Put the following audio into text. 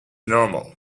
normal